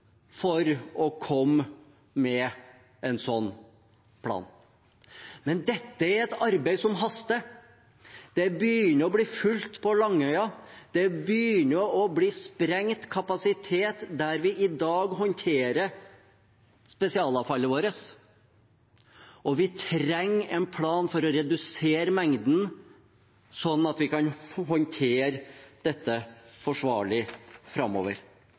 for å komme med en slik plan. Men dette er et arbeid som haster. Det begynner å bli fullt på Langøya. Kapasiteten der vi i dag håndterer spesialavfallet vårt begynner å bli sprengt. Vi trenger en plan for å redusere mengden, slik at vi kan håndtere dette forsvarlig framover.